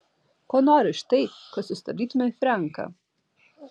ko nori už tai kad sustabdytumei frenką